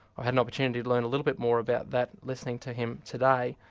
i had an opportunity to learn a little bit more about that listening to him today,